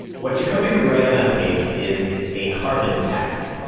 what jacoby would write on that page is a carbon tax.